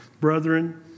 brethren